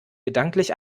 gedanklich